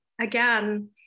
again